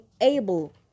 able